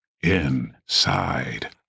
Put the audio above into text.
inside